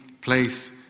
place